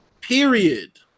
Period